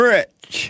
Rich